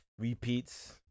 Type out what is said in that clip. repeats